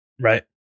Right